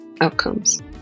outcomes